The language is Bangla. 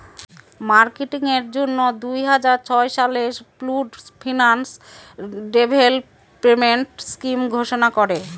মার্কেটিং এর জন্য দুই হাজার ছয় সালে সরকার পুল্ড ফিন্যান্স ডেভেলপমেন্ট স্কিম ঘোষণা করে